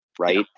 Right